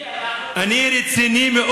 אתה רציני?